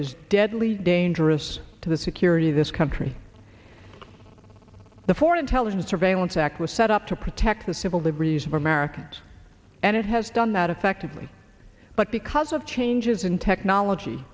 is deadly dangerous to the security of this country the foreign intelligence surveillance act was set up to protect the civil liberties of americans and it has done that effectively but because of changes in technology